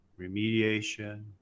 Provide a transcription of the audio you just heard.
remediation